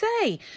say